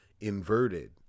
inverted